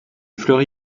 fleury